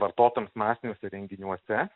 vartotojams masiniuose renginiuose